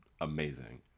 amazing